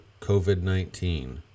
COVID-19